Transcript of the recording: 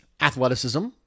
athleticism